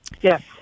Yes